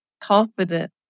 confident